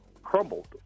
crumbled